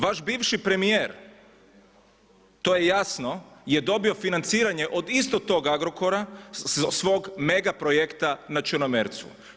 Vaš bivši premijer to je jasno je dobio financiranje od istog tog Agrokora svog mega projekta na Črnomercu.